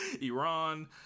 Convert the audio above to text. Iran